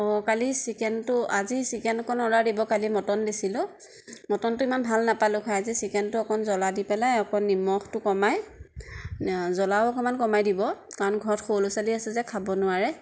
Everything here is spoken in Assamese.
কালি চিকেনটো আজি চিকেন অকণ অৰ্ডাৰ দিব কালি মটন দিছিলোঁ মটনটো ইমান ভাল নাপালোঁ খাই আজি চিকেনটো অকণ জ্বলা দি পেলাই অকণ নিমখটো কমাই জ্বলাও অকণমান কমাই দিব কাৰণ ঘৰত সৰু ল'ৰা ছোৱালী আছে যে খাব নোৱাৰে